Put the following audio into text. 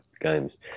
games